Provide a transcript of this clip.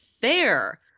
fair